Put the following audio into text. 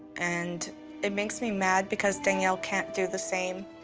and it makes me mad because danielle can't do the same.